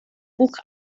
buch